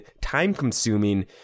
time-consuming